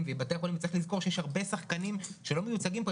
ועם בתי החולים וצריך לזכור שיש הרבה שחקנים שלא מיוצגים פה,